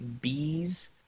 bees